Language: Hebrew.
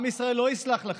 עם ישראל לא יסלח לכם,